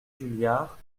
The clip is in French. juliards